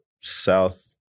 south